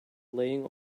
laying